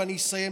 ואני אסיים,